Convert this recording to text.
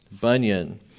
Bunyan